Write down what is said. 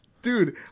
Dude